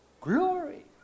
glory